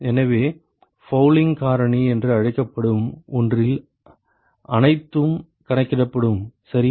எனவே ஃபவுலிங் காரணி என்று அழைக்கப்படும் ஒன்றில் அனைத்தும் கணக்கிடப்படும் சரியா